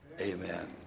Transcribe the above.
amen